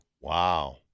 Wow